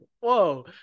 Whoa